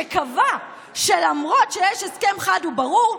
שקבע שלמרות שיש הסכם חד וברור,